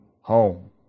home